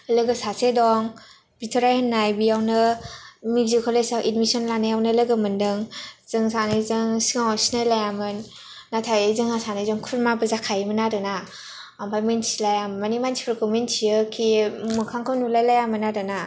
लोगो सासे दं बिथराइ होन्नाय बेयावनो मिउजिक कलेजाव एडमिसन लानायावनो लोगो मोनदों जों सानैजों सिगाङाव सिनायलायामोन नाथाय जोंहा सानैजों खुरमाबो जाखायोमोन आरो ना ओमफ्राय मिथिलाया माने मानसिफोरखौ मिथियो खि मोखांखौ नुलायलायामोन आरो ना